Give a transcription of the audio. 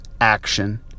action